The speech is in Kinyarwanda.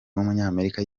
w’umunyamerika